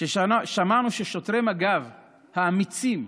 כששמענו ששוטרי מג"ב האמיצים,